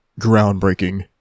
groundbreaking